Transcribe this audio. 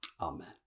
Amen